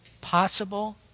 possible